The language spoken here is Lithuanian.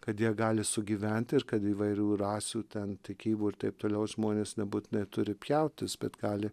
kad jie gali sugyventi ir kad įvairių rasių ten tikybų ir taip toliau žmonės nebūtinai turi pjautis bet gali